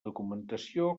documentació